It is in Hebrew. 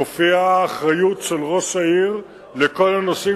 מופיעה אחריות של ראש העיר לכל הנושאים